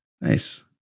Nice